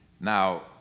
Now